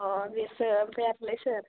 अह बेसो ओमफ्राय आरोलाइ सोर